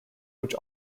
which